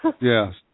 Yes